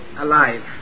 alive